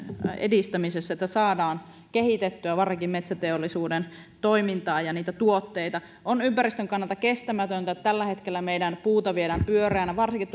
edistämisessä jotta saadaan kehitettyä varsinkin metsäteollisuuden toimintaa ja tuotteita ympäristön kannalta on kestämätöntä että tällä hetkellä meidän puutamme viedään pyöreänä varsinkin